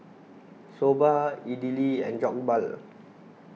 Soba Idili and Jokbal